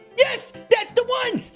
yes, that's the one!